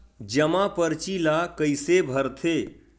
जमा परची ल कइसे भरथे?